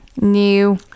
New